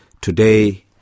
Today